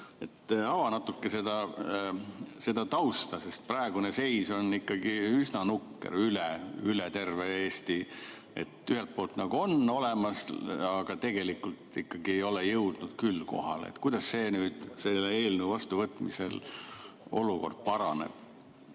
Ava natuke seda tausta! Praegune seis on ikkagi üsna nukker üle terve Eesti. Ühelt poolt on olemas, aga tegelikult ikkagi ei ole jõudnud kohale. Kuidas nüüd selle eelnõu vastuvõtmisel olukord paraneb,